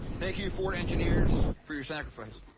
thank you, ford engineers, for your sacrifice.